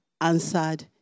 answered